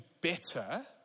better